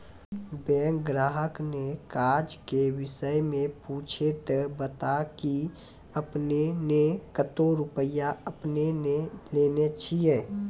Bank ग्राहक ने काज के विषय मे पुछे ते बता की आपने ने कतो रुपिया आपने ने लेने छिए?